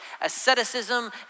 Asceticism